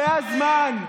זה הזמן,